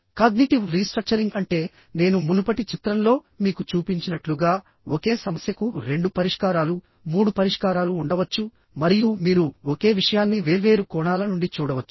cognitive restructuring అంటే నేను మునుపటి చిత్రంలో మీకు చూపించినట్లుగా ఒకే సమస్యకు రెండు పరిష్కారాలు మూడు పరిష్కారాలు ఉండవచ్చు మరియు మీరు ఒకే విషయాన్ని వేర్వేరు కోణాల నుండి చూడవచ్చు